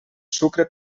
sucre